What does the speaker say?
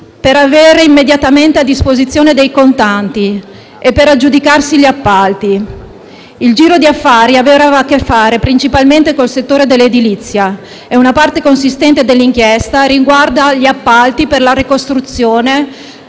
per avere immediatamente a disposizione contanti e per aggiudicarsi gli appalti. Il giro di affari aveva a che fare principalmente col settore dell'edilizia e una parte consistente dell'inchiesta riguarda gli appalti per la ricostruzione